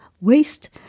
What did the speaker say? waste